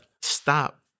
stop